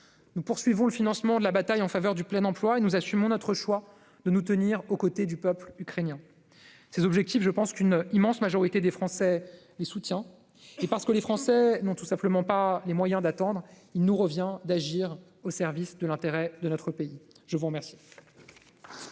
nous poursuivons le financement de la bataille en faveur du plein emploi et nous assumons notre choix de nous tenir aux côtés du peuple ukrainien. Ces objectifs, je pense qu'une immense majorité des Français les soutient et, parce que les Français n'ont tout simplement pas les moyens d'attendre, il nous revient d'agir au service de l'intérêt de notre pays. La parole